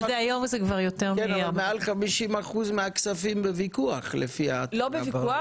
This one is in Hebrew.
אבל מעל 50% מהכספים בוויכוח לפי- -- הם לא בוויכוח,